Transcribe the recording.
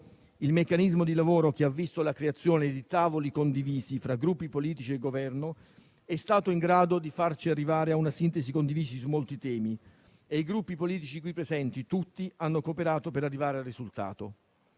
il meccanismo di lavoro che ha visto la creazione di tavoli condivisi tra Gruppi politici e Governo è stato in grado di farci arrivare a una sintesi condivisa su molti temi e i Gruppi politici qui presenti, tutti, hanno cooperato per arrivare al risultato.